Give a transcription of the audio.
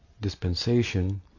dispensation